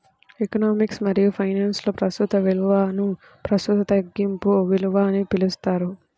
economics మరియుఫైనాన్స్లో, ప్రస్తుత విలువనుప్రస్తుత తగ్గింపు విలువ అని పిలుస్తారు